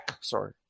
Sorry